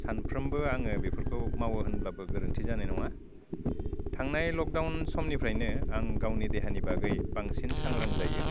सानफ्रोमबो आङो बखौ मावो होनब्लाबो गोरोन्थि जानाय नङा थांनाय लकडाउन समनिफ्रायनो आं गावनि देहानि बागै बांसिन सांग्रां जायो